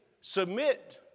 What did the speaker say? submit